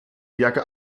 jacke